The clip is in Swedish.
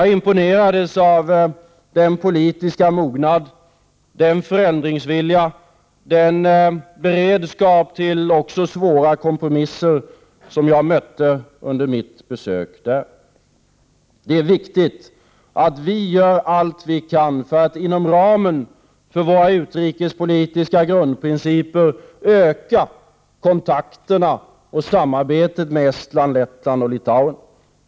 Jag imponerades av den politiska mognad, den förändringsvilja och den beredskap till också svåra kompromisser som jag mötte under mitt besök där. Det är viktigt att vi gör allt vad vi kan för att inom ramen för våra utrikespolitiska grundprinciper öka kontakterna och samarbetet med Estland, Lettland och Litauen.